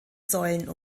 säulen